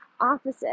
opposite